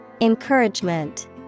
Encouragement